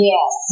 Yes